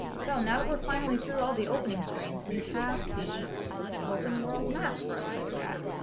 so, now that we're finally through all the opening screens, we have the open world map for us to look at.